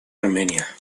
armenia